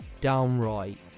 downright